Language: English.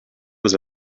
was